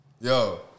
Yo